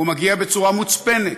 הוא מגיע בצורה מוצפנת,